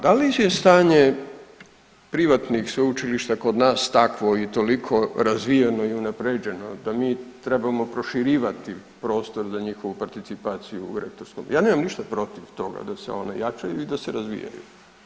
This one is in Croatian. Da li je stanje privatnih sveučilišta kod nas takvo i toliko razvijeno i unapređeno da mi trebamo proširivati prostor za njihovu participaciju u rektorom, ja nema ništa protiv toga se one jačaju i da se razvijaju.